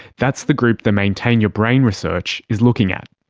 that's the group the maintain your brain research is looking at.